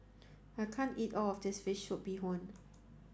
I can't eat all of this fish soup bee hoon